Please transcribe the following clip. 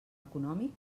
econòmic